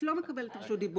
את לא מקבלת רשות דיבור.